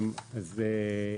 אנחנו,